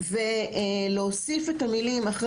ולהוסיף אחרי